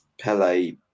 Pele